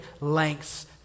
lengths